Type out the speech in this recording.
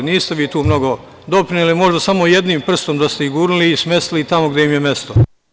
Niste vi tu mnogo doprineli, možda samo jednim prstom da ste ih gurnuli i smestili ih tamo gde im je mesto.